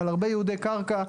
על הרבה ייעודי קרקע,